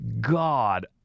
god